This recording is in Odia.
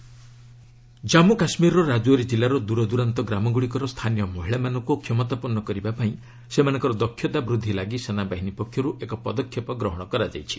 ଆର୍ମି ଞ୍ବିମେନ୍ ଏମ୍ପାଓ୍ୱାରମେଣ୍ଟ୍ ଜାମ୍ମୁ କାଶ୍ମୀରର ରାଜୌରୀ ଜିଲ୍ଲାର ଦୂରଦୂରାନ୍ତ ଗ୍ରାମଗୁଡ଼ିକର ସ୍ଥାନୀୟ ମହିଳାମାନଙ୍କୁ କ୍ଷମତାପନ୍ନ କରିବା ପାଇଁ ସେମାନଙ୍କର ଦକ୍ଷତା ବୃଦ୍ଧି ଲାଗି ସେନାବାହିନୀ ପକ୍ଷରୁ ଏକ ପଦକ୍ଷେପ ଗ୍ରହଣ କରାଯାଇଛି